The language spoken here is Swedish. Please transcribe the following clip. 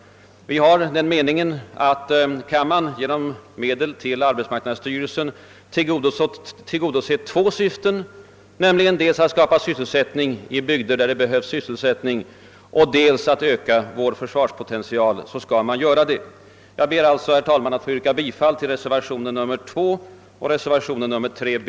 Vi har den meningen att om man genom medelsanvisningar till arbetsmarknadsstyrelsen kan tillgodose två syften, nämligen att skapa sysselsättning i bygder där detta behövs och att öka försvarspotentialen, så skall man göra detta. Jag ber alltså, herr talman, att få yrka bifall till reservationerna 2 och 3 b.